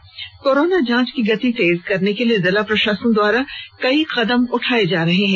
इधर कोरोना जांच की गति तेज करने के लिए जिला प्रशासन द्वारा कई कदम उठाए जा रहे हैं